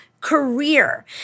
career